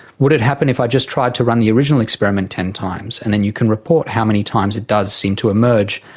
would it happen if i just tried to run the original experiment ten times? and then you can report how many times it does seem to emerge.